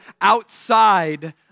outside